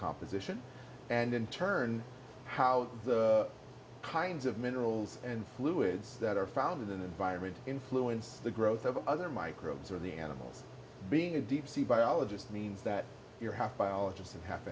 composition and in turn how the kinds of minerals and fluids that are found in the environment influenced the growth of other microbes or the animals being a deep sea biologist means that you're half biologists and half